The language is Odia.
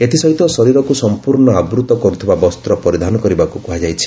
ଏଥିସହିତ ଶରୀରକୁ ସମ୍ପର୍ଷ୍ଣ ଆବୃତ୍ତ କରୁଥିବା ବସ୍ତ୍ର ପରିଧାନ କରିବାକୁ କୁହାଯାଇଛି